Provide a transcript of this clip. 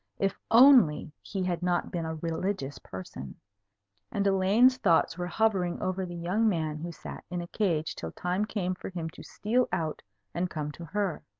if only he had not been a religious person and elaine's thoughts were hovering over the young man who sat in a cage till time came for him to steal out and come to her.